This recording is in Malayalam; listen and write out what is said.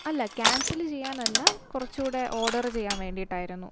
അല്ല ക്യാന്സല് ചെയ്യാനല്ല കുറച്ചു കൂ ടെ ഓര്ഡറ് ചെയ്യാന് വേണ്ടിയിട്ടായിരുന്നു